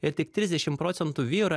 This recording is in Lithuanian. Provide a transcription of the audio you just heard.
ir tik trisdešimt procentų vyrų